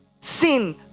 sin